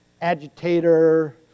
agitator